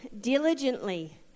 diligently